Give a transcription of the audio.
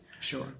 Sure